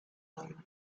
bunt